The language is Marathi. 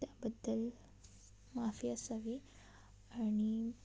त्याबद्दल माफी असावी आणि